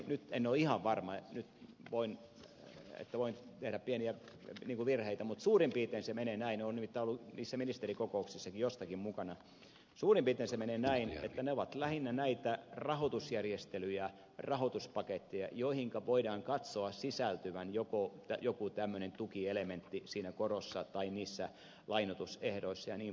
nyt en ole ihan varma joten voin tehdä pieniä virheitä mutta ymmärtääkseni suurin piirtein se menee näin olen nimittäin ollut joissakin niissä ministerikokouksissakin mukana että ne ovat lähinnä näitä rahoitusjärjestelyjä rahoituspaketteja joihinka voidaan katsoa sisältyvän joku tämmöinen tukielementti siinä korossa tai niissä lainoitusehdoissa jnp